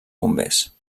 bombers